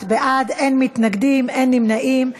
21 בעד, אין מתנגדים, אין נמנעים.